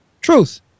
Truth